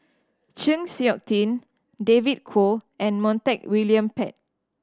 Chng Seok Tin David Kwo and Montague William Pett